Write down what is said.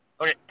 Okay